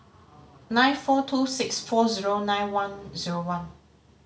nine four two six four zero nine one zero one